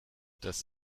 das